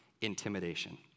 intimidation